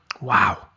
Wow